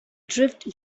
drift